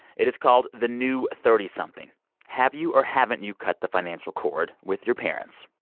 it is called the new thirty something have you or haven't you cut the financial cord with your parents?